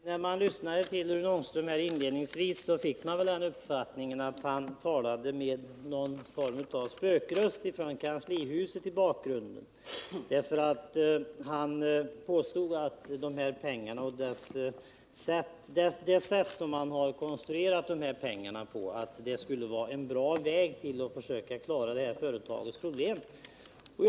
Herr talman! När man lyssnade till Rune Ångströms inledningsanförande fick man väl uppfattningen att han i bakgrunden hade en spökröst från kanslihuset. Han påstod att konstruktionen av stödet skulle vara ett bra sätt att klara det här företagets problem på.